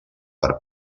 per